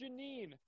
Janine